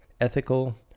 ethical